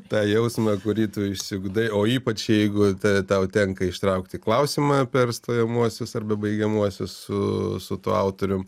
tą jausmą kurį tu išsiugdai o ypač jeigu tau tenka ištraukti klausimą per stojamuosius arba baigiamuosius su su tuo autorium